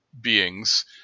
beings